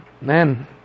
man